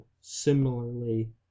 similarly